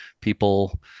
people